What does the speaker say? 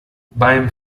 beim